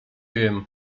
wiem